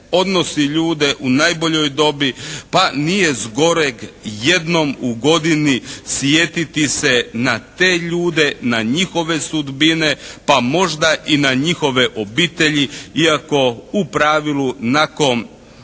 odnosi ljude u najboljoj dobi pa nije zgoreg jednom u godini sjetiti se na te ljude, na njihove sudbine, pa možda i na njihove obitelji, iako u pravilu nakon